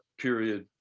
period